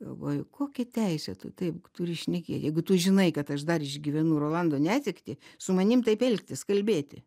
galvoju kokią teisę tu taip turi šneki jeigu tu žinai kad aš dar išgyvenu rolando netektį su manim taip elgtis kalbėti